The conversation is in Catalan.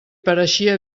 pareixia